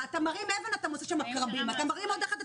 לכן נעצרים השיווקים על ידי ראשי העיריות,